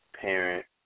parent